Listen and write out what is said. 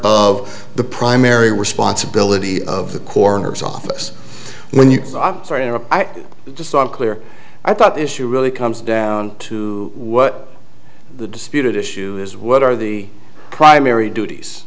of the primary responsibility of the coroner's office when you i'm sorry i just saw it clear i thought issue really comes down to what the disputed issue is what are the primary duties